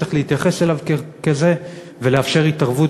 צריך להתייחס אליו ככזה ולאפשר התערבות